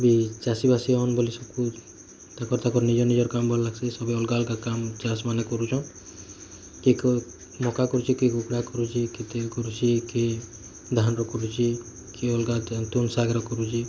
ବି ଚାଷୀ ବାସି ଅନ ବୋଲି ସବକୁ ତାକର ତାକର ନିଜ ନିଜର କାମ୍ ଭଲ ଲାଗସି ସଭିଏ ଅଲଗା ଅଲଗା କାମ୍ ଚାଷ ମାନେ କରୁଛନ୍ କିଏ କ ମକା କରୁଛି କିଏ କୁକୁଡ଼ା କରୁଛି କିଏ ତେଲ କରୁଛି କିଏ ଧାନ ର କରୁଛି କିଏ ଅଲଗା ତୁନ୍ ଶାଗ ର କରୁଛି